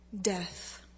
Death